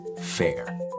FAIR